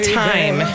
time